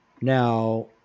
Now